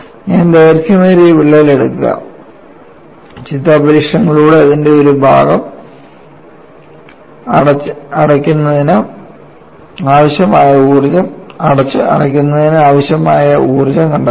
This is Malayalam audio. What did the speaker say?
ഞാൻ ദൈർഘ്യമേറിയ വിള്ളൽ എടുക്കുക ചിന്താ പരീക്ഷണത്തിലൂടെ അതിന്റെ ഒരു ഭാഗം അടച്ച് അടയ്ക്കുന്നതിന് ആവശ്യമായ ഊർജ്ജം കണ്ടെത്തുക